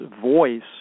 voice